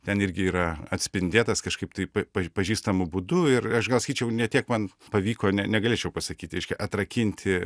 ten irgi yra atspindėtas kažkaip tai pa paž pažįstamu būdu ir aš gal sakyčiau ne tiek man pavyko ne negalėčiau pasakyt reiškia atrakinti